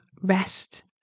rest